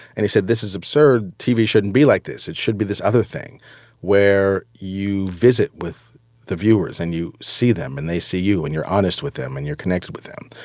and he said, this is absurd. tv shouldn't be like this. it should be this other thing where you visit with the viewers. and you see them. and they see you. and you're honest with them. and you're connected with them.